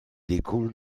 découle